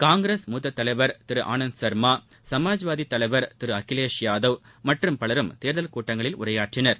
காங்கிரஸ் மூத்த தலைவர் திரு ஆனந்த் சர்மா சமாஜ் வாதி தலைவர் திரு அகிலேஷ் யாதவ் மற்றும் பலரும் தேர்தல் கூட்டங்களில் உரையாற்றினர்